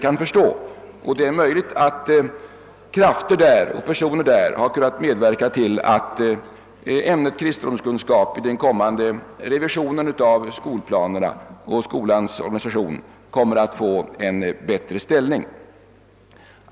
Det är möjligt att där finns personer som kunnat medverka till att ämnet kristendomskunskap vid den kommande revisionen av skolplanerna och av skolans organisation kommer att få en bättre ställning.